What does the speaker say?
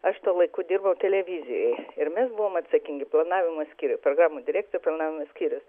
aš tuo laiku dirbau televizijoj ir mes buvom atsakingi planavimo skyriuj programų direkcija planavimų skyrius